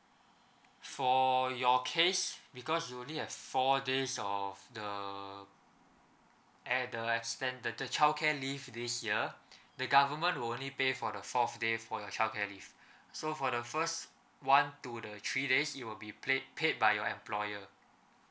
for your case because you only have four days of the the extend the childcare leave this year the government will only pay for the fourth day for your childcare leave so for the first one to the three days you'll be played paid by your employer